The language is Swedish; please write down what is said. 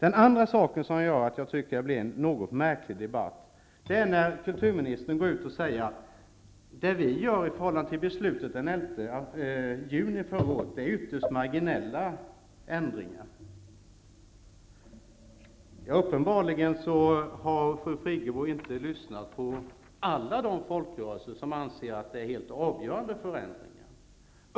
En annan sak som gör att jag tycker att det blir en något märklig debatt är att kulturministern säger att det regeringen gör i förhållande till beslutet den 11 juni förra året är ytterst marginella ändringar. Uppenbarligen har fru Friggebo inte lyssnat på alla de folkrörelser som anser att det är helt avgörande förändringar.